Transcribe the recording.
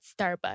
Starbucks